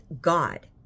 God